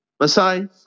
Masai